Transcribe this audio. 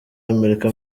amerika